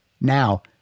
Now